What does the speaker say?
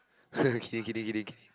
kidding kidding kidding kidding